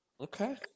Okay